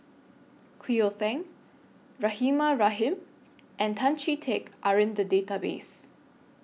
Cleo Thang Rahimah Rahim and Tan Chee Teck Are in The Database